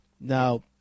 Now